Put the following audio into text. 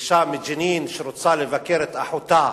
אשה מג'נין שרוצה לבקר את אחותה,